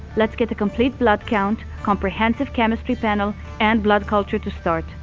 let's get a complete blood count, comprehensive chemistry panel, and blood culture to start.